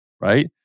right